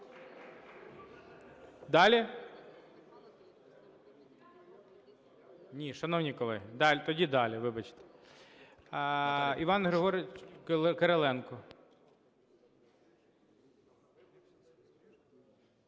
Далі? Ні, шановні колеги. Тоді далі, вибачте. Іван Григорович Кириленко.